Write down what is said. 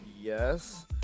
yes